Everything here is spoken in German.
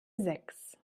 sechs